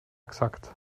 gesagt